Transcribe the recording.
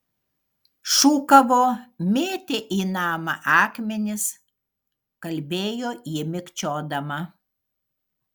šūkavo mėtė į namą akmenis kalbėjo ji mikčiodama